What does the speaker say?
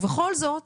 ובכל זאת